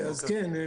כן.